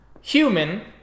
human